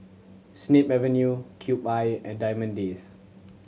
Snip Avenue Cube I and Diamond Days